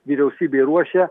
vyriausybė ruošia